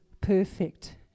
perfect